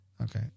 Okay